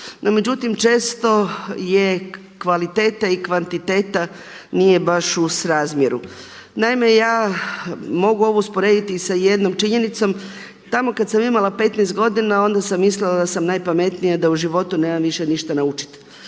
međutim, često je kvaliteta i kvantiteta, nije baš u srazmjeru. Naime ja mogu ovo usporediti i sa jednom činjenicom, tamo kada sam imala 15 godina onda sam mislila da sam najpametnija da u životu nemam više ništa naučiti